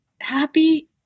happy